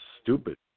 stupid